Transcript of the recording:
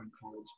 college